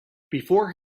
before